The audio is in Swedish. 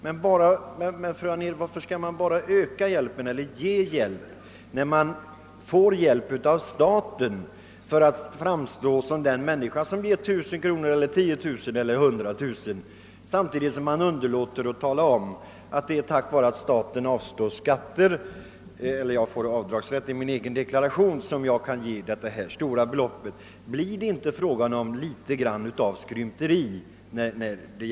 Men, fru Anér, varför skall man bara öka hjälpen, eller lämna hjälp, när man får stöd av staten för att framstå som en människa som ger 1 000 eller 10 000 eller 100 000 kronor, samtidigt som man underlåter att tala om, att det är tack vare att staten avstår från skatter — d.v.s.tack vare att man får avdragsrätt i sin egen deklaration — som dessa belopp kan lämnas? Blir det då inte fråga om litet av skrymteri?